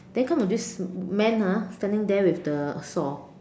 then come to this man ah standing there with the saw